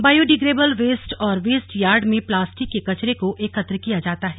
biodegradable waste और waste yard में plastic के कचरे को एकत्र किया जाता है